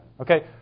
okay